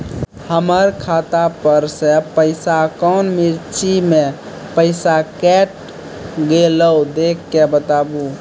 हमर खाता पर से पैसा कौन मिर्ची मे पैसा कैट गेलौ देख के बताबू?